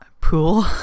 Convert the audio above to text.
pool